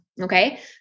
Okay